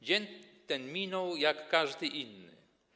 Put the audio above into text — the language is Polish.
Dzień ten minął jak każdy inny.